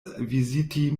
viziti